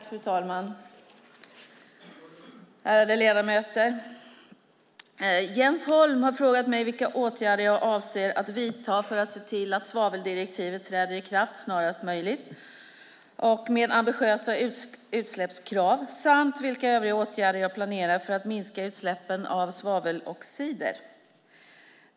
Fru talman! Ärade ledamöter! Jens Holm har frågat mig vilka åtgärder jag avser att vidta för att se till att svaveldirektivet träder i kraft snarast möjligt och med ambitiösa utsläppskrav samt vilka övriga åtgärder jag planerar för att minska utsläppen av svaveloxider.